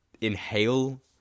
inhale